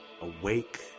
awake